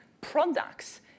products